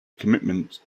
commitment